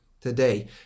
today